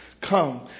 come